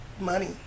money